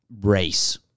race